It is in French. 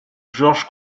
georges